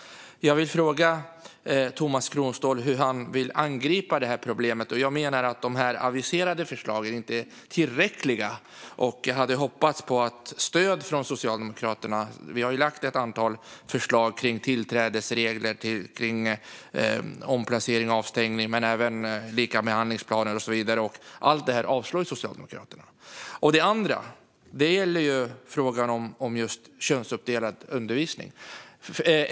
Jag vill fråga Tomas Kronståhl hur han vill angripa detta problem. Jag menar att de aviserade förslagen inte är tillräckliga. Jag hade hoppats på stöd från Socialdemokraterna. Vi har lagt fram ett antal förslag kring tillträdesregler, omplacering och avstängning men även om likabehandlingsplaner och så vidare. Allt detta avstyrker Socialdemokraterna. Det andra gäller frågan om just könsuppdelad undervisning.